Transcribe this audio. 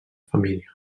família